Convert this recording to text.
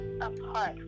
apart